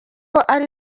ari